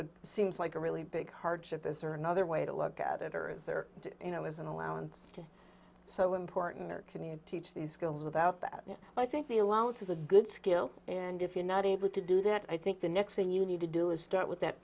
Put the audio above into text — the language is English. would seems like a really big hardship this are another way to look at it or is there you know as an allowance to so important command teach these skills without that i think the allowance is a good skill and if you're not able to do that i think the next thing you need to do is start with that